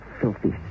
filthy